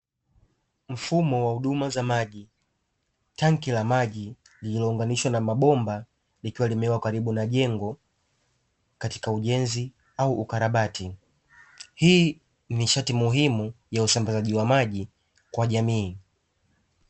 Mfumo wa huduma za maji, tanki la maji lililounganishwa na mabomba likiwa limewekwa karibu na jengo katika ujenzi au ukarabati. Hii ni nishati muhimu ya usambazaji wa maji kwa jamii.